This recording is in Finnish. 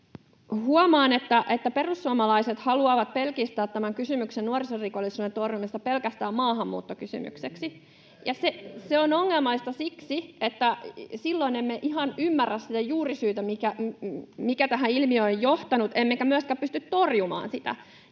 Huomaan, että perussuomalaiset haluavat pelkistää tämän kysymyksen nuorisorikollisuuden torjumisesta pelkästään maahanmuuttokysymykseksi. [Toimi Kankaanniemi: Ei! — Petri Huru: Ei pidä paikkaansa!] Se on ongelmallista siksi, että silloin emme ihan ymmärrä sitä juurisyytä, mikä tähän ilmiöön on johtanut, emmekä myöskään pysty torjumaan sitä.